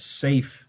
safe